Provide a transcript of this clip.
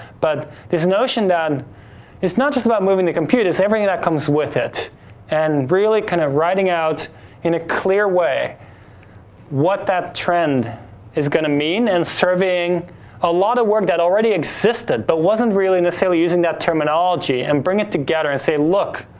but there's a notion that it's not just about moving the computer, everything that comes with it and really kind of riding out in a clear way what that trend is gonna mean and surveying a lot of work that already existed, but wasn't really necessarily using that terminology and bring it together and say look,